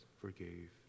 forgave